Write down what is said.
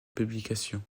publications